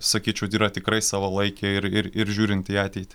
sakyčiau yra tikrai savalaikė ir ir žiūrint į ateitį